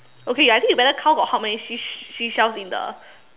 okay I think you better count got how many sea~ seashells in the